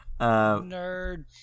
Nerd